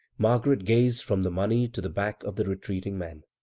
margaret gazed from the money to the back of the retreating man.